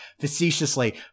facetiously